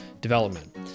development